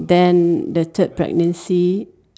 then the third pregnancy